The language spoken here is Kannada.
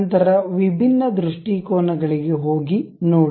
ನಂತರ ವಿಭಿನ್ನ ದೃಷ್ಟಿಕೋನಗಳಿಗೆ ಹೋಗಿ ನೋಡಿ